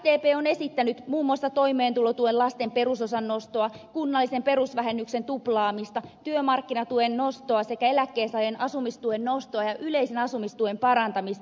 sdp on esittänyt muun muassa toimeentulotuen lasten perusosan nostoa kunnallisen perusvähennyksen tuplaamista työmarkkinatuen nostoa sekä eläkkeensaajan asumistuen nostoa ja yleisen asumistuen parantamista